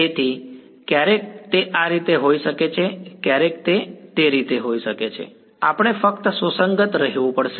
તેથી ક્યારેક તે આ રીતે હોઈ શકે છે ક્યારેક તે તે રીતે હોઈ શકે છે આપણે ફક્ત સુસંગત રહેવું પડશે